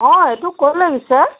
অঁ এইটো ক'ত লাগিছে